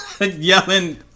yelling